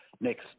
next